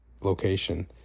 location